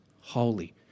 holy